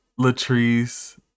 Latrice